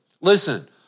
Listen